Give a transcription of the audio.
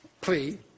plea